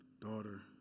daughter